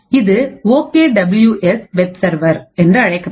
இது okay W S web server என்று அழைக்கப்பட்டது